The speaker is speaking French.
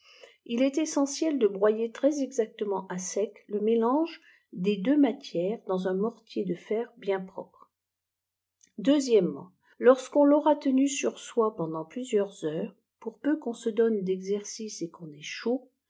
il est essentiel dé broyer très exactement à sec le mélange des deux matières dans un mortier de fer wen propre s lorsqu'on l'aura tenu ur soi pendant plusieurs neures pour peu qu'on se donne d'exercice et qu'on ait chaud